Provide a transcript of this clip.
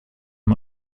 man